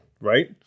right